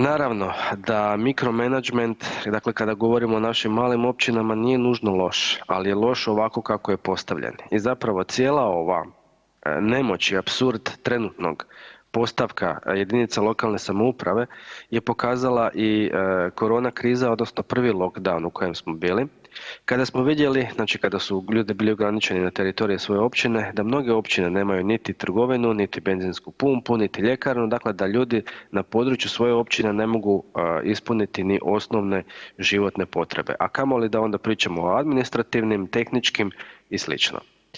Naravno da mikro menadžment, dakle kada govorimo o našim malim općinama, nije nužno loš, ali je loš ovako kako je postavljen i zapravo cijela ova nemoć i apsurd trenutnog postavka jedinica lokalne samouprave je pokazala i korona kriza odnosno prvi lockdown u kojem smo bili, kada smo vidjeli, znači kada su ljudi bili ograničeni na teritoriji svoje općine, da mnoge općine nemaju niti trgovinu niti benzinsku pumpu niti ljekarnu, dakle da ljudi na području svoje općine ne mogu ispuniti ni osnovne životne potrebe, a kamoli da onda pričamo o administrativnim, tehničkim i sl.